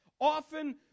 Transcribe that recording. often